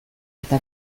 eta